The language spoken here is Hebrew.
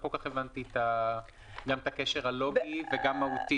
לא כל כך הבנתי את הקשר הלוגי והמהותי.